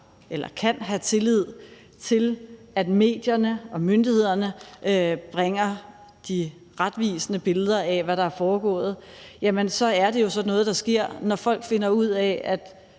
altid kan have tillid til, at medierne og myndighederne giver et retvisende billede af, hvad der er foregået, så er det jo sådan noget, der sker. Når man finder ud af, at